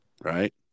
right